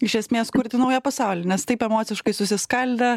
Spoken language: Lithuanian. iš esmės kurti naują pasaulį nes taip emociškai susiskaldę